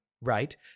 right